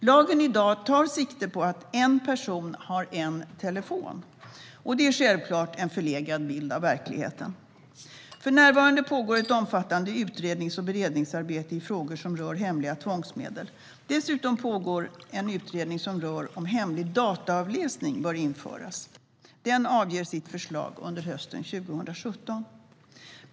Lagen i dag tar sikte på att en person har en telefon. Det är självklart en förlegad bild av verkligheten. För närvarande pågår ett omfattande utrednings och beredningsarbete i frågor som rör hemliga tvångsmedel. Dessutom pågår en utredning som rör huruvida hemlig dataavläsning bör införas. Den avger sitt förslag under hösten 2017.